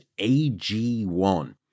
AG1